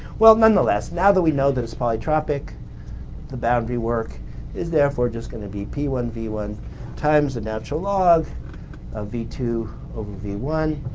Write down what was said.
well, nonetheless, now that we know that it's polytropic the boundary work is therefore just going to be p one v one times the natural log of v two over v one.